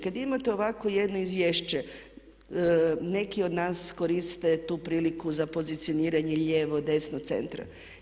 Kada imate ovako jedno izvješće neki od nas koriste tu priliku za pozicioniranje lijevo, desno od centra.